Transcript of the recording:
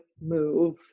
move